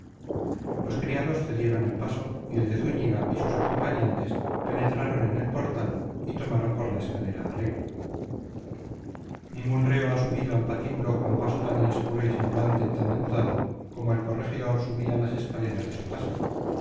los criados cedieron paso y el de zúñiga y sus compañeros penetraron en el portal y tomaron por la escalera de arriba ningún reo ha subido al patíbulo con paso tan inseguro y semblante tan demudado como el corregidor subía las escaleras de su casa